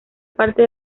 parte